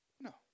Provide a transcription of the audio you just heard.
No